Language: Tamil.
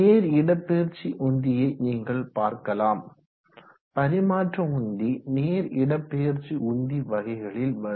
நேர் இடப்பெயர்ச்சி உந்தியை நீங்கள் பார்க்கலாம் பரிமாற்ற உந்தி நேர் இடப்பெயர்ச்சி உந்தி வகைகளில் வரும்